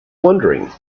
wondering